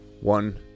One